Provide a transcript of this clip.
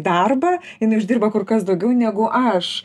darbą jinai uždirba kur kas daugiau negu aš